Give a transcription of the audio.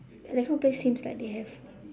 that kind of place seems like they have